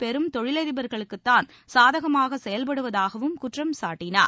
பெரும் தொழிலதிபர்களுக்குத்தான் சாதகமாக செயல்படுவதாகவும் குற்றம் சாட்டினார்